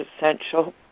essential